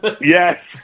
Yes